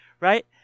right